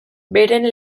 beren